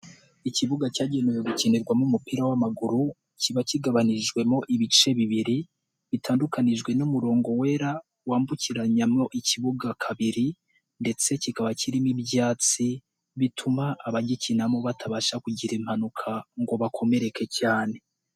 Ikibuga cyagenewe gukinirwamo umupira w'amaguru kiba kigabanijwemo ibice bibiri bitandukanijwe n'umurongo wera wambukiranyamo ikibuga kabiri ndetse kikaba kirimo ibyatsi bituma abagikinamo batabasha kugira impanuka ngo bakomereke cyane.